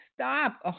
stop